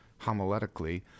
homiletically